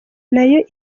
nayo